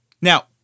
Now